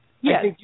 Yes